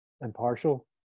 impartial